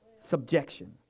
subjection